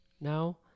now